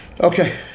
Okay